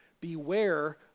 Beware